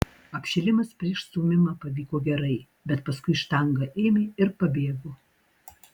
apšilimas prieš stūmimą pavyko gerai bet paskui štanga ėmė ir pabėgo